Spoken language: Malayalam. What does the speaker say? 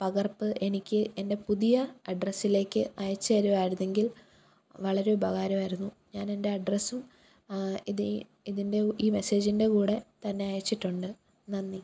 പകർപ്പ് എനിക്ക് എൻ്റെ പുതിയ അഡ്രസ്സിലേക്ക് അയച്ചുതരുമായിരുന്നെങ്കിൽ വളരെ ഉപകാരമായിരുന്നു ഞാൻ എൻ്റെ അഡ്രസ്സും ഇത് ഇതിൻ്റെ ഈ മെസ്സേജിൻ്റെ കൂടെ തന്നെ അയച്ചിട്ടുണ്ട് നന്ദി